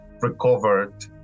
recovered